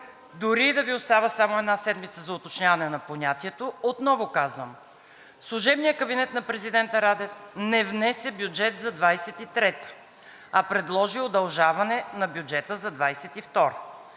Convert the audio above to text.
дори да Ви остава само една седмица за уточняване на понятието, отново казвам: служебният кабинет на президента Радев не внесе бюджет за 2023 г., а предложи удължаване на бюджета за 2022 г.